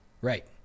Right